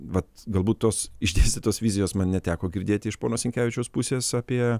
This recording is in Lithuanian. vat galbūt tos išdėstytos vizijos man neteko girdėti iš pono sinkevičiaus pusės apie